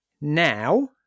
now